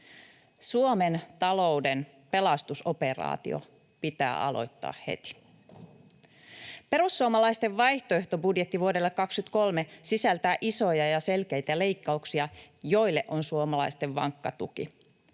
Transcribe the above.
Suomen talouden pelastusoperaatio pitää aloittaa heti. Perussuomalaisten vaihtoehtobudjetti vuodelle 23 sisältää isoja ja selkeitä leikkauksia, joille on suomalaisten vankka tuki.